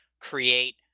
create